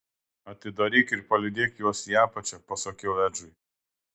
atidaryk ir palydėk juos į apačią pasakiau edžiui